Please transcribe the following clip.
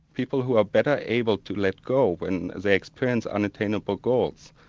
people who are better able to let go when they experience unattainable goals,